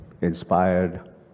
inspired